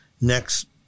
next